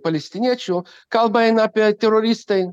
palestiniečių kalba eina apie teroristai